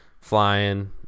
flying